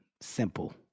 simple